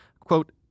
Quote